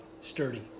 sturdy